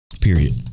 Period